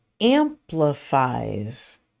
amplifies